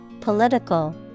political